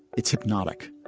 it's hypnotic.